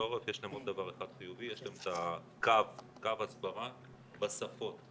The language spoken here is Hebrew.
עוד דבר אחד חיובי, יש להם קו הסברה בשפות.